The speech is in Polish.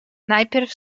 najpierw